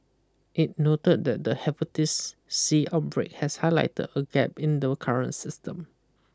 it noted that the hepatitis C outbreak has highlighted a gap in the current system